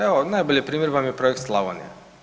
Evo najbolji primjer vam je „Projekt Slavonija“